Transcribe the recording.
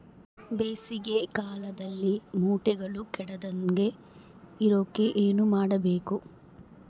ಬೇಸಿಗೆ ಕಾಲದಲ್ಲಿ ಮೊಟ್ಟೆಗಳು ಕೆಡದಂಗೆ ಇರೋಕೆ ಏನು ಮಾಡಬೇಕು?